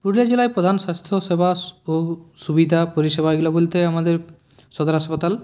পুরুলিয়া জেলায় প্রধান স্বাস্থ্যসেবা ও সুবিধা পরিষেবা এগুলো বলতে আমাদের সদর হাসপাতাল